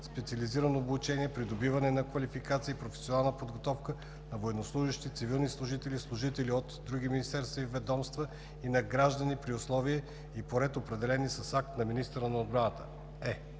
специализирано обучение, придобиване на квалификация и професионална подготовка на военнослужещи, цивилни служители, служители от други министерства и ведомства и на граждани при условия и по ред, определени с акт на министъра на отбраната;